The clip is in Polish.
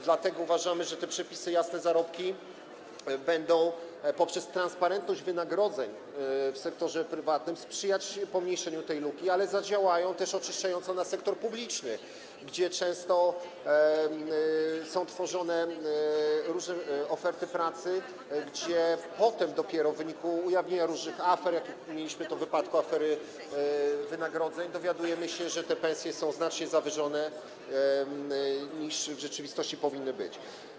Dlatego uważamy, że przepisy, tj. jasne zarobki, będą poprzez transparentność wynagrodzeń w sektorze prywatnym sprzyjać pomniejszeniu tej luki, ale zadziałają też oczyszczająco na sektor publiczny, gdzie często są tworzone różne oferty pracy, gdzie potem dopiero w wyniku ujawnienia różnych afer, jak mieliśmy w wypadku afery wynagrodzeń, dowiadujemy się, że pensje są znacznie zawyżone, wyższe niż w rzeczywistości powinny być.